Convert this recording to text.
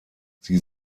sie